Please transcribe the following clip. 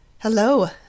Hello